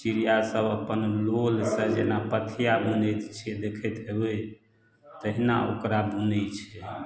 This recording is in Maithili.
चिड़ियासभ अपन लोल सऽ जेना पथिया बुनैत छै देखैत हेबै तहिना ओकरा बुनै छै